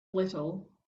little